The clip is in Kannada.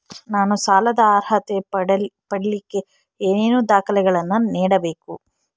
ನಾನು ಸಾಲದ ಅರ್ಹತೆ ಪಡಿಲಿಕ್ಕೆ ಏನೇನು ದಾಖಲೆಗಳನ್ನ ನೇಡಬೇಕು?